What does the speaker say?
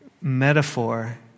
metaphor